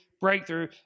breakthrough